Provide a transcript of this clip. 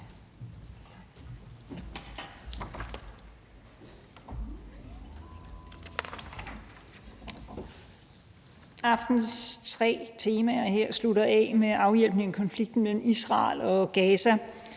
Aftenens tre temaer her slutter af med forespørgslen om en afhjælpning af konflikten mellem Israel og Gaza,